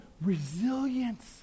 resilience